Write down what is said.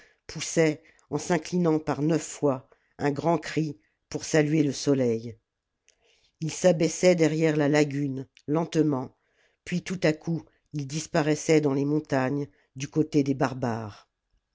poussaient en s'inclmant par neuf fois un grand cri pour saluer le soleil ii s'abaissait derrière la lagune lentement puis tout à coup il disparaissait dans les montagnes du côté des barbares